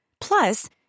Plus